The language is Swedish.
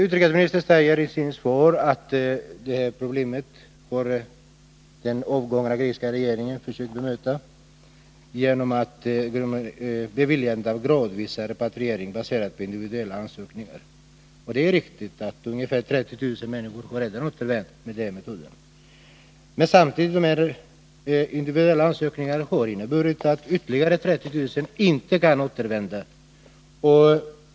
Utrikesministern säger i sitt svar att den avgångna grekiska regeringen har sökt lösa detta problem genom att bevilja gradvis repatriering baserad på individuella ansökningar. Det är riktigt att ungefär 30 000 redan har återvänt till följd av den metoden. Men samtidigt har lösningen med individuella ansökningar inneburit att ytterligare 30 000 inte kan återvända.